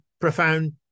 profound